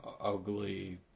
ugly